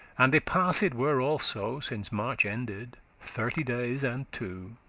and y-passed were also, since march ended, thirty days and two,